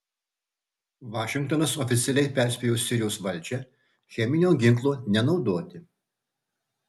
vašingtonas oficialiai perspėjo sirijos valdžią cheminio ginklo nenaudoti